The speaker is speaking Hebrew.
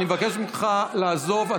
אני מבקש ממך לעזוב.